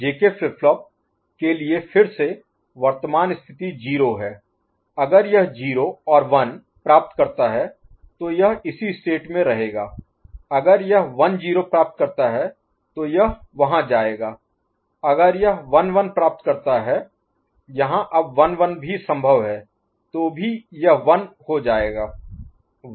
तो JK flip flop के लिए फिर से वर्तमान स्थिति 0 है अगर यह 0 और 1 प्राप्त करता है तो यह इसी स्टेट में रहेगा अगर यह 1 0 प्राप्त करता है तो यह वहां जाएगा अगर यह 1 1 प्राप्त करता है यहाँ अब 1 1 भी संभव है तो भी यह 1 हो जाएगा